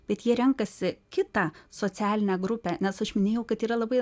bet jie renkasi kitą socialinę grupę nes aš minėjau kad yra labai